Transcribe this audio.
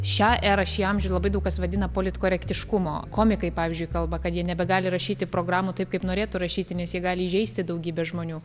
šią erą šį amžių labai daug kas vadina politkorektiškumo komikai pavyzdžiui kalba kad jie nebegali rašyti programų taip kaip norėtų rašyti nes jie gali įžeisti daugybę žmonių